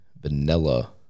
vanilla